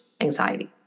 anxiety